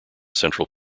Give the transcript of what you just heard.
central